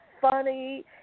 funny